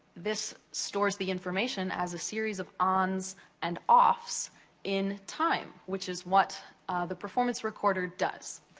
this stores the information as a series of ons and offs in time, which is what the performance recorder does.